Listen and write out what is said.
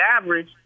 average